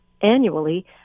annually